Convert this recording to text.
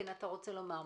בבקשה.